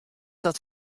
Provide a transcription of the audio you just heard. dat